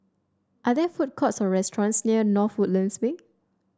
are there food courts or restaurants near North Woodlands Way